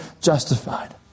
justified